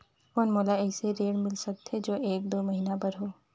कौन मोला अइसे ऋण मिल सकथे जो एक दो महीना बर हो?